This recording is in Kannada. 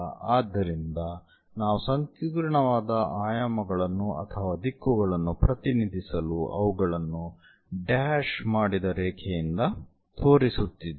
ಆದ್ದರಿಂದ ನಾವು ಸಂಕೀರ್ಣವಾದ ಆಯಾಮಗಳನ್ನು ಅಥವಾ ದಿಕ್ಕುಗಳನ್ನು ಪ್ರತಿನಿಧಿಸಲು ಅವುಗಳನ್ನು ಡ್ಯಾಶ್ ಮಾಡಿದ ರೇಖೆಯಿಂದ ತೋರಿಸುತ್ತಿದ್ದೇವೆ